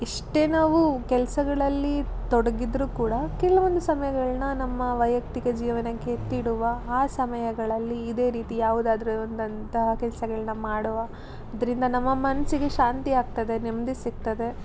ಎಷ್ಟೇ ನಾವು ಕೆಲಸಗಳಲ್ಲಿ ತೊಡಗಿದ್ರೂ ಕೂಡ ಕೆಲವೊಂದು ಸಮಯಗಳನ್ನ ನಮ್ಮ ವೈಯಕ್ತಿಕ ಜೀವನಕ್ಕೆ ಎತ್ತಿಡುವ ಆ ಸಮಯಗಳಲ್ಲಿ ಇದೇ ರೀತಿ ಯಾವುದಾದ್ರೂ ಒಂದು ಅಂತಹ ಕೆಲಸಗಳನ್ನ ಮಾಡುವುದರಿಂದ ನಮ್ಮ ಮನಸ್ಸಿಗೆ ಶಾಂತಿ ಆಗ್ತದೆ ನೆಮ್ಮದಿ ಸಿಗ್ತದೆ